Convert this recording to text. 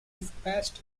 dispatched